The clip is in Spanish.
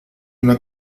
una